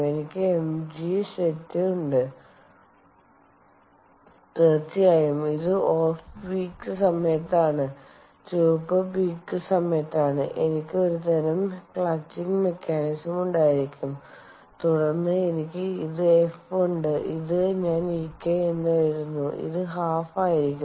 എനിക്ക് MG set ഉണ്ട് തീർച്ചയായും ഇത് ഓഫ് പീക്ക് സമയത്താണ് ചുവപ്പ് പീക്ക് സമയത്താണ് എനിക്ക് ഒരുതരം ക്ലച്ചിംഗ് മെക്കാനിസം ഉണ്ടായിരിക്കും തുടർന്ന് എനിക്ക് ഇത് എഫ് ഉണ്ട് ഇത് ഞാൻ Ek എന്ന് എഴുതുന്നു അത് 12 ആയിരിക്കും